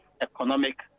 economic